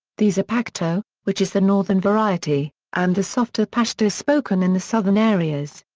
these are pakhto, which is the northern variety, and the softer pashto spoken in the southern areas.